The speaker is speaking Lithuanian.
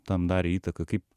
tam darė įtaką kaip